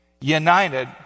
united